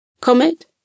Comet